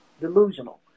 delusional